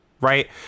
right